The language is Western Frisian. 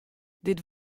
dit